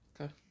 Okay